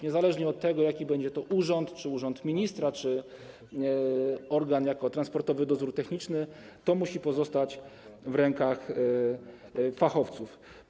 Niezależnie od tego, jaki to będzie urząd, czy urząd ministra, czy organ, Transportowy Dozór Techniczny, to musi pozostać w rękach fachowców.